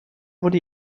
wurde